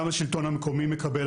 גם השלטון המקומי מקבל,